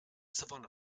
savanna